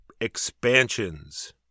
expansions